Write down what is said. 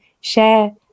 share